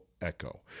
Echo